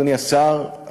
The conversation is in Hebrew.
אדוני השר,